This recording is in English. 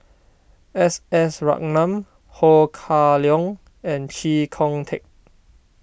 S S Ratnam Ho Kah Leong and Chee Kong Tet